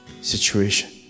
situation